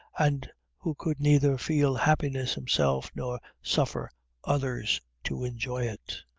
and who could neither feel happiness himself, nor suffer others to enjoy it.